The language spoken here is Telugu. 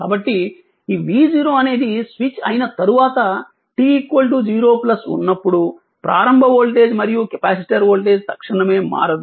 కాబట్టి v0 అనేది స్విచ్ అయిన తర్వాత t 0 ఉన్నప్పుడు ప్రారంభ వోల్టేజ్ మరియు కెపాసిటర్ వోల్టేజ్ తక్షణమే మారదు